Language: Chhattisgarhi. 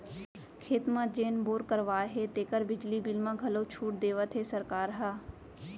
खेत म जेन बोर करवाए हे तेकर बिजली बिल म घलौ छूट देवत हे सरकार ह